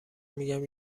میگم